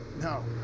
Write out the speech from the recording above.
No